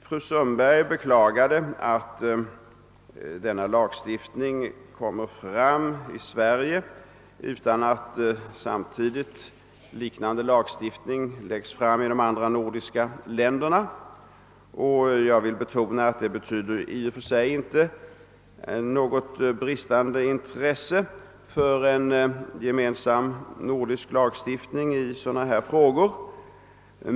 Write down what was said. Fru Sundberg beklagade att denna lagstiftning införes i Sverige utan att förslag om liknande lagstiftning framläggs i de övriga nordiska länderna. Jag vill betona att detta i och för sig inte är uttryck för något bristande intresse för en gemensam nordisk lagstiftning i sådana här frågor.